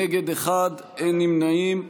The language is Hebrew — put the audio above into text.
נגד, אחד, אין נמנעים.